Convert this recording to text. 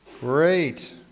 Great